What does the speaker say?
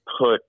put